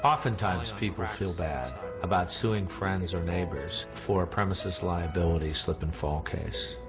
oftentimes people feel bad about suing friends or neighbours for a premises liability slip and fall case.